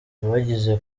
abagize